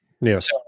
yes